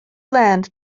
land